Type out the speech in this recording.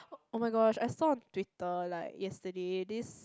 oh-my-gosh I saw on Twitter like yesterday this